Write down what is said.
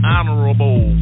Honorable